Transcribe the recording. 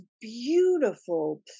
beautiful